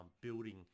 building